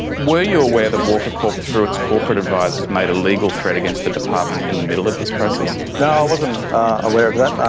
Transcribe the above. were you aware that walker corp, through its corporate advisers, made a legal threat against the department in the middle of this process? no, i wasn't aware of that.